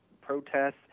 protests